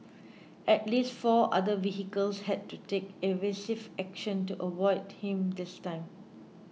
at least four other vehicles had to take evasive action to avoid him this time